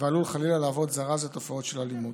ועלול, חלילה, להוות זרז לתופעות של אלימות.